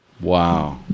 Wow